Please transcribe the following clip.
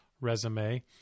resume